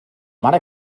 mare